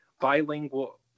bilingual